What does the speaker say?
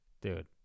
Dude